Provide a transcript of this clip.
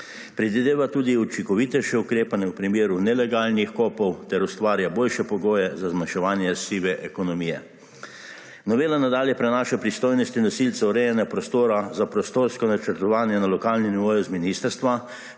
Predvideva tudi učinkovitejše ukrepanje v primeru nelegalnih kopov in ustvarja boljše pogoje za zmanjševanje sive ekonomije. Novela nadalje prenaša pristojnosti nosilcev urejanja prostora za prostorsko načrtovanje na lokalnem nivoju z ministrstva,